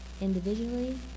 Individually